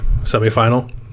semifinal